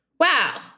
wow